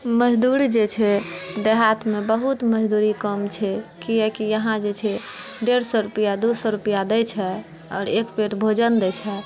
मजदूर जे छै देहातमे बहुत मजदूरी कम छै कियाकि यहाँ जे छै डेढ सए रुपआ दू सए रुपआ दै छै आर एक पेट भोजन दै छै